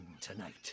tonight